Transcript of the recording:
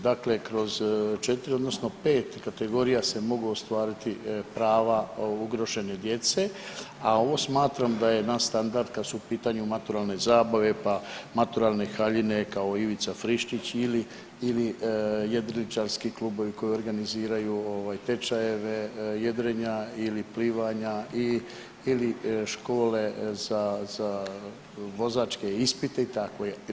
Dakle, kroz 4 odnosno 5 kategorija se mogu ostvariti prava ugrožene djece, a ovo smatram da je nadstandard kad su u pitanju maturalne zabave, pa maturalne haljine kao Ivica Frištić ili, ili jedriličarski klubovi koji organiziraju ovaj tečajeve jedrenja ili plivanja ili škole za, za vozačke ispite i tako je.